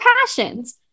passions